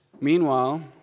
Meanwhile